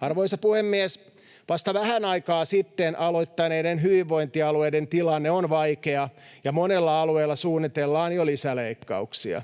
Arvoisa puhemies! Vasta vähän aikaa sitten aloittaneiden hyvinvointialueiden tilanne on vaikea, ja monella alueella suunnitellaan jo lisäleikkauksia.